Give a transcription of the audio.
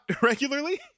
regularly